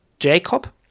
Jacob